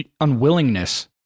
unwillingness